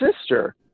sister